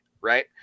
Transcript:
right